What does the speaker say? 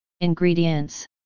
Ingredients